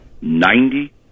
ninety